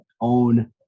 own